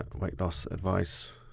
weightlossadvice.